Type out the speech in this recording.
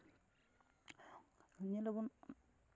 ᱧᱮᱞᱟᱵᱚᱱ